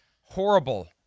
Horrible